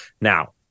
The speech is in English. now